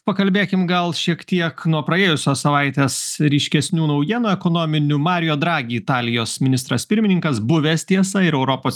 pakalbėkim gal šiek tiek nuo praėjusios savaitės ryškesnių naujienų ekonominių mario dragi italijos ministras pirmininkas buvęs tiesa ir europos